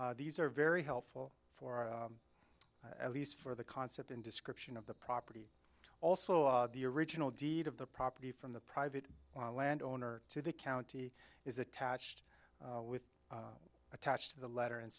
in these are very helpful for at least for the concept and description of the property also the original deed of the property from the private land owner to the county is attached with attached to the letter and